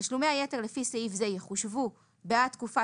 (ג) תשלומי היתר לפי סעיף זה יחושבו בעד תקופה